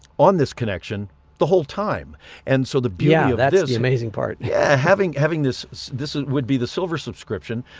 on this connection the whole time and so the piano yeah that is amazing part yeah having having this this would be the silver subscription